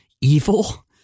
evil